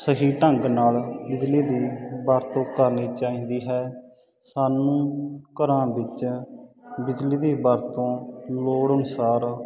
ਸਹੀ ਢੰਗ ਨਾਲ ਬਿਜਲੀ ਦੀ ਵਰਤੋਂ ਕਰਨੀ ਚਾਹੀਦੀ ਹੈ ਸਾਨੂੰ ਘਰਾਂ ਵਿੱਚ ਬਿਜਲੀ ਦੀ ਵਰਤੋਂ ਲੋੜ ਅਨੁਸਾਰ